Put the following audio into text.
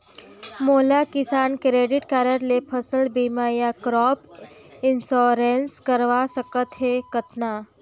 मोला Kisan credit card ले फसल बीमा या क्रॉप इंश्योरेंस करवा सकथ हे कतना?